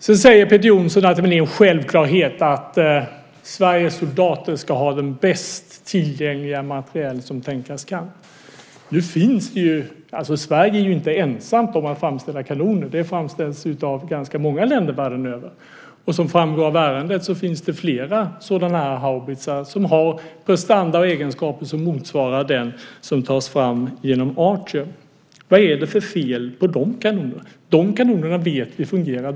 Sedan säger Peter Jonsson att det är en självklarhet att Sveriges soldater ska ha den bästa tillgängliga materiel som tänkas kan. Nu är ju inte Sverige ensamt om att framställa kanoner. Sådana framställs av ganska många länder världen över. Som framgår av ärendet finns det flera sådana här haubitsar som har prestanda och egenskaper som motsvarar dem som tas fram genom Archer. Vad är det för fel på de kanonerna? De kanonerna vet vi fungerar.